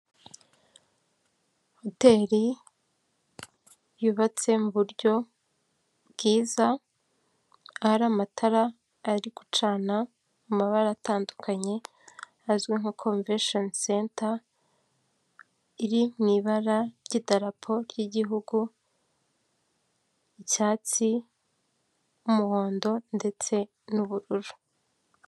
Hoteli yubatse mu buryo bwiza, ahari amatara ari gucana amabara atandukanye, ahazwi nka komvesheni senta iri mu ibara ry'idarapo ry'igihugu, icyatsi n'umuhondo ndetse n'ubururu.